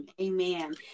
Amen